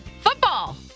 Football